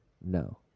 No